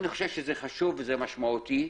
לדעתי זה חשוב ומשמעותי,